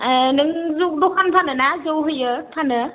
ए नों जौ दखान फानो ना जौ होयो फानो